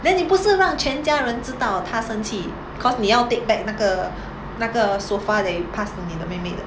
then 你不是让全家人知道她生气 because 你要 take back 那个那个 sofa that you pass to 你的妹妹的